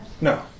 No